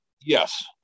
Yes